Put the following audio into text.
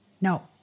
No